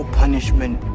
punishment